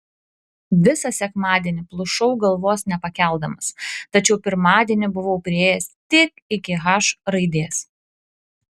visą sekmadienį plušau galvos nepakeldamas tačiau pirmadienį buvau priėjęs tik iki h raidės